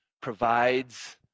provides